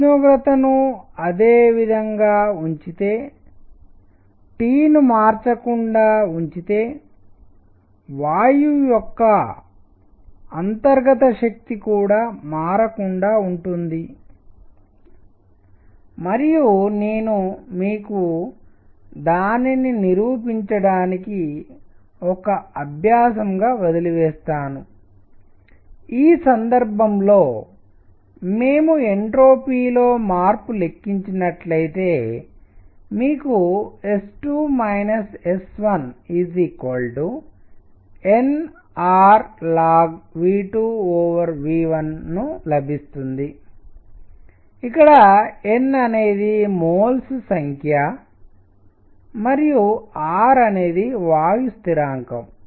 ఉష్ణోగ్రతను అదే విధంగా ఉంచితే T ను మార్చకుండా ఉంచితే వాయువు యొక్క అంతర్గత శక్తి కూడా మారకుండా ఉంటుంది మరియు నేను మీకు దానిని నిరూపించడానికి ఒక అభ్యాసముగా వదిలివేస్తాను ఈ సందర్భంలో మేము ఎంట్రోపీ లో మార్పును లెక్కించినట్లయితే మీకు S2 S1nRlnV2V1 లభిస్తుంది ఇక్కడ n అనేది మోల్స్ సంఖ్య మరియు R అనేది వాయు స్థిరాంకం